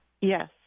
Yes